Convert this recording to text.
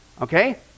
okay